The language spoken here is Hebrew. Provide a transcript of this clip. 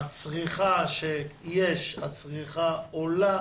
הצריכה של ה-MRI שעולה